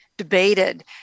Debated